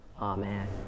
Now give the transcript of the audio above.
Amen